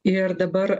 ir dabar